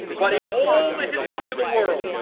but in all the history of the world,